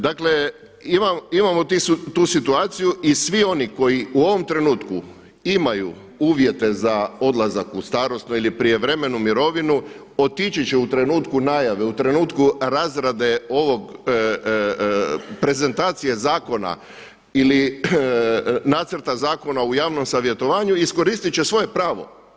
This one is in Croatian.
Dakle imamo tu situaciju i svi oni koji u ovom trenutku imaju uvjete za odlazak u starosnu ili prijevremenu mirovinu otići će u trenutku najave, u trenutku razrade ovog, prezentacije zakona ili nacrta zakona u javnom savjetovanju i iskoristiti će svoje pravo.